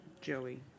Joey